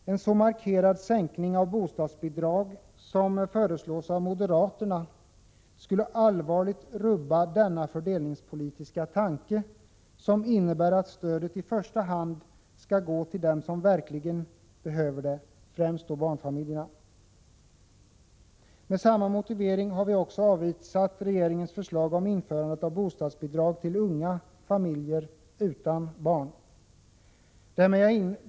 En så markerad sänkning av bostadsbidraget som föreslås av moderaterna skulle allvarligt rubba denna fördelningspolitiska tanke, som innebär att stödet i första hand skall gå till dem som verkligen behöver det, främst barnfamiljerna. Med samma motivering har vi också avvisat regeringens förslag om införande av bostadsbidrag till unga familjer utan barn.